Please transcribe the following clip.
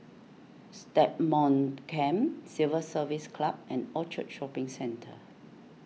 Stagmont Camp Civil Service Club and Orchard Shopping Centre